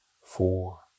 four